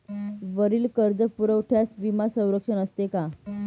वरील कर्जपुरवठ्यास विमा संरक्षण असते का?